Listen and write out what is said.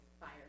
Fire